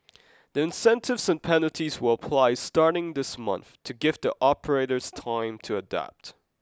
the incentives and penalties will apply starting this month to give the operators time to adapt